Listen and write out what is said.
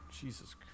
Jesus